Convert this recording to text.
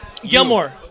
Gilmore